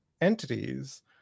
entities